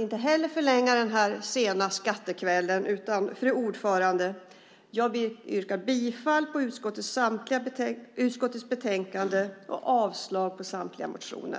inte heller förlänga debatten den här sena skattekvällen, utan jag yrkar bifall till utskottets förslag och avslag på samtliga motioner.